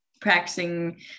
practicing